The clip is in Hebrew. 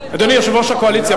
אדוני יושב-ראש הקואליציה,